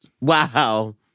Wow